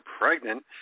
pregnant